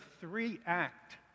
three-act